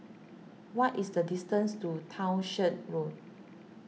what is the distance to Townshend Road